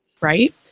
Right